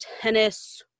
tennis